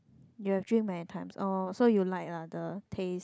yoh have drink many times oh so you like lah the taste